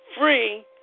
free